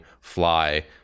fly